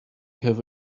have